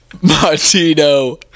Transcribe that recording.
Martino